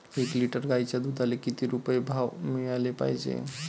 एक लिटर गाईच्या दुधाला किती रुपये भाव मिळायले पाहिजे?